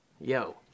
Yo